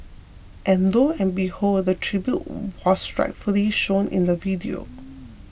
and lo and behold the tribute was rightfully shown in the video